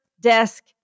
Desk